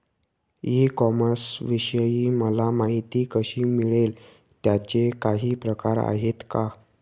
E कॉमर्सविषयी मला माहिती कशी मिळेल? त्याचे काही प्रकार आहेत का?